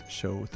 show